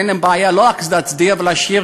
ואין להם בעיה לא רק להצדיע ולשיר,